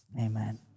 Amen